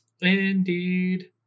Indeed